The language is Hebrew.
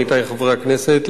עמיתי חברי הכנסת,